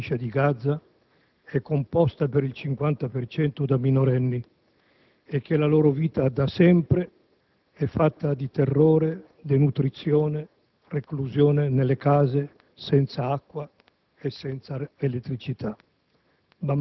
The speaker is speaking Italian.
Dobbiamo ricordare che la popolazione della Striscia di Gaza è composta per il 50 per cento da minorenni e che la loro vita, da sempre, è fatta di terrore, denutrizione, reclusione nelle case, senza acqua